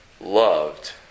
Loved